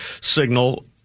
signal